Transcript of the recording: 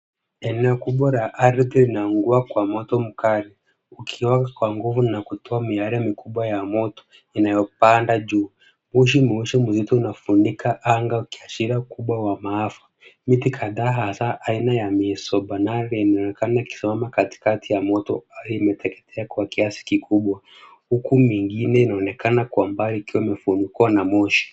Eneo kubwa la ardhi linaungua kwa moto mkali ukiwaka kwa nguvu na kutoa miale mikubwa ya moto inayopanda juu. Moshi mweusi mzito unafunika anga ukiashiria ukubwa wa maafa. Miti kadhaa hasa aina ya misobanari inaonekana ikichomwa katikati ya moto, imeteketea kwa kiasi kikubwa. Huku mingine inaonekana kwa umbali ikiwa imefunikwa na moshi.